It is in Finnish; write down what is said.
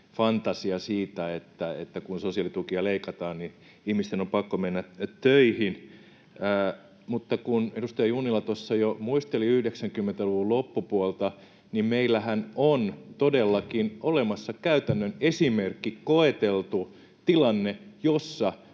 fantasia siitä, että kun sosiaalitukia leikataan, niin ihmisten on pakko mennä töihin. Mutta kun edustaja Junnila tuossa jo muisteli 90-luvun loppupuolta, niin meillähän on todellakin olemassa käytännön esimerkki, koeteltu tilanne, jossa